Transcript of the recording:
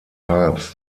papst